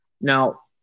Now